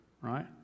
right